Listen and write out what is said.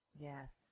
Yes